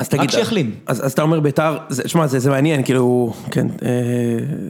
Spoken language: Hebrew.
אז תגיד, אז אתה אומר בית"ר, שמע זה מעניין, כאילו, כן.